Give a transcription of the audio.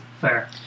Fair